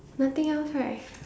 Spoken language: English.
nothing else right